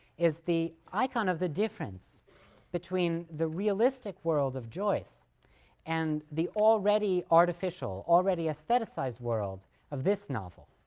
is the icon of the difference between the realistic world of joyce and the already artificial, already aestheticized world of this novel.